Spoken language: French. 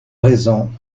raison